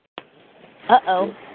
Uh-oh